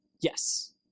Yes